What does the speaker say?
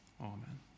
Amen